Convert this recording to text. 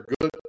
good